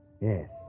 Yes